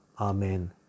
Amen